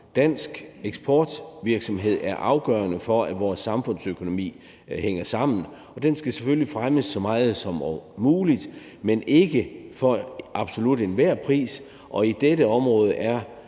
Dansk eksportvirksomhed er afgørende for, at vores samfundsøkonomi hænger sammen, og den skal selvfølgelig fremmes så meget som muligt, men ikke for absolut enhver pris,